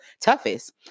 toughest